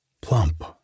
plump